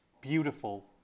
beautiful